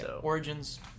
Origins